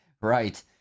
right